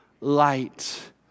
light